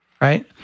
right